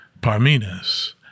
Parmenas